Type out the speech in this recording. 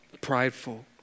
prideful